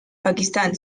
pakistán